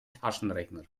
taschenrechner